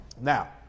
Now